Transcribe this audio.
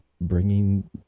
bringing